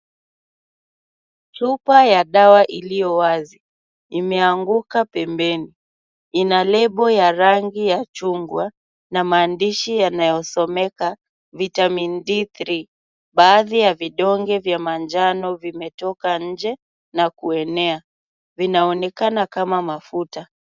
Chupa ya dawa iliyo wazi imeanguka pembeni, ina lebo ya rangi ya chungwa na maandishi yanayosomeka vitamin D3 . Baadhi ya vidonge vya manjano vimetoka nje na kuenea. Vinaonekana kama mafuta.